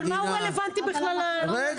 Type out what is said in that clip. אבל מה הוא רלוונטי בכלל ל --- רגע,